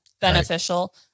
beneficial